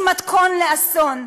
היא מתכון לאסון.